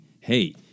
hey